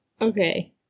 Okay